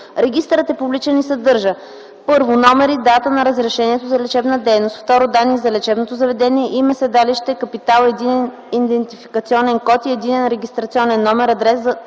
Регистърът е публичен и съдържа: 1. номер и дата на разрешението за лечебна дейност; 2. данни за лечебното заведение – име, седалище, капитал, Единен идентификационен код и единен регистрационен номер, адрес на